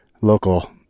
local